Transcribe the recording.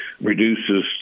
reduces